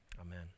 amen